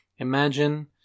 Imagine